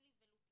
ואולם,